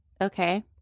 Okay